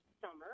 summer